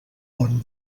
bon